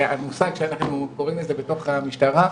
המושג שאנחנו קוראים לזה בתוך המשטרה,